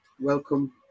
welcome